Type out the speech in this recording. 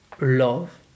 love